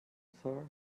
sir